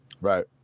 right